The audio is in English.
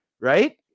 right